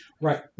Right